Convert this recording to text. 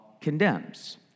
condemns